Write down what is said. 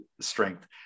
strength